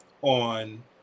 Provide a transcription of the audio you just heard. On